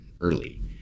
early